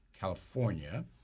California